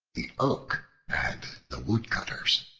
the oak and the woodcutters